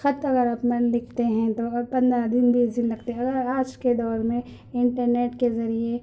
خط اگر آپ میں لکھتے ہیں تو پندرہ دن بیس دن لگتے ہیں اگر آج کے دور میں انٹرنیٹ کے ذریعہ